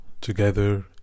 together